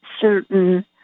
certain